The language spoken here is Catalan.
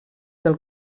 del